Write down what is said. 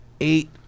eight